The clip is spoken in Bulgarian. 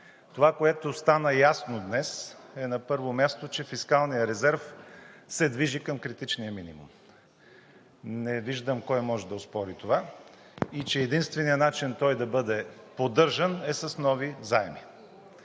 Това, което стана ясно днес, е: на първо място, че фискалният резерв се движи към критичния минимум, не виждам кой може да оспори това, и че единственият начин той да бъде поддържан е с нови заеми.